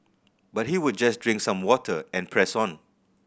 but he would just drink some water and press on